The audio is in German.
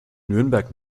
nürnberg